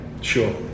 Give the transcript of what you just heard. sure